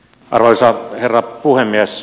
arvoisa herra puhemies